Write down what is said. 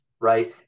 Right